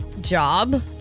Job